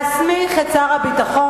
דאגה להסמיך את שר הביטחון,